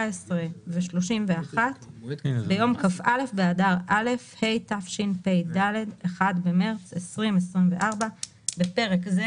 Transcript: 17 ו-31 ביום כ"א באדר א' התשפ"ד (1 במרס 2024) (בפרק זה,